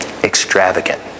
extravagant